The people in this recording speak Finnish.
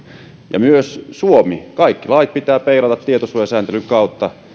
ja myös suomessa kaikki lait pitää peilata tietosuojasääntelyn kautta